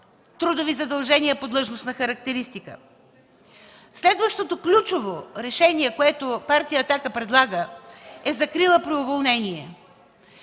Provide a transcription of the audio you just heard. трудови възнаграждения по длъжностна характеристика. Следващото ключово решение, което партия „Атака“ предлага, е закрила при уволнение.